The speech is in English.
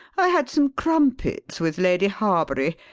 i had some crumpets with lady harbury,